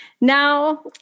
Now